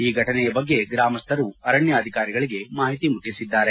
ಈ ಘಟನೆಯ ಬಗ್ಗೆ ಗ್ರಾಮಸ್ಥರು ಅರಣ್ಯಾಧಿಕಾರಿಗಳಿಗೆ ಮಾಹಿತಿಯನ್ನು ಮುಟ್ಟಿಸಿದ್ದಾರೆ